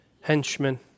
henchmen